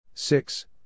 Six